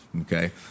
okay